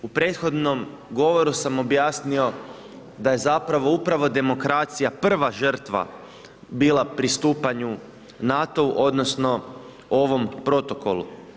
U prethodnom govoru sam objasnio da je zapravo upravo demokracija prva žrtva bila pristupanju NATO-u odnosno ovom protoku.